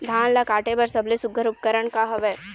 धान ला काटे बर सबले सुघ्घर उपकरण का हवए?